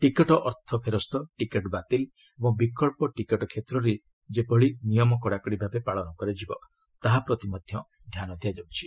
ticket ଅର୍ଥ ଫେରସ୍ତ ticket ବାତିଲ ଓ ବିକଳ୍ପ ଟିକଟ କ୍ଷେତ୍ରରେ ଯେପରି ନିୟମ କଡାକଡି ଭାବେ ପାଳନ କରାଯିବ ତାହା ପ୍ରତି ଧ୍ୟାନ ଦିଆଯାଉଛି